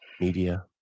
Media